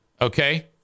Okay